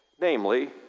namely